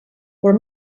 però